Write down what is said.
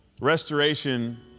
Restoration